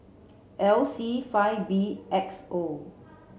L C five B X O